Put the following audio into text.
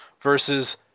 versus